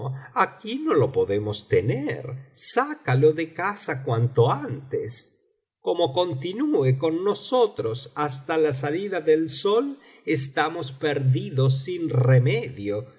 aquí no lo podemos tener sácalo de casa cuanto antes como continué con nosotros hasta la salida del sol estamos perdidos sin remedio